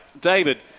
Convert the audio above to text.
david